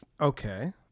okay